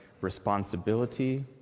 responsibility